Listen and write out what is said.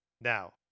Now